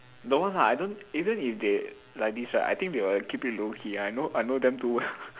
don't want lah I don't even if they like this right I think they will keep it low-key ah I know I know them too well